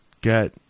get